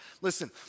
Listen